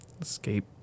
Escape